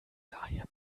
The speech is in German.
daher